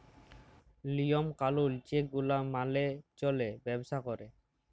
লিওম কালুল যে গুলা মালে চল্যে ব্যবসা ক্যরে